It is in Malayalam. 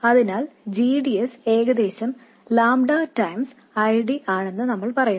അതിനാൽ gds ഏകദേശം ƛ I D ആണെന്ന് നമ്മൾ പറയുന്നു